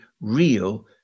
real